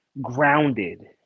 grounded